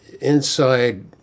inside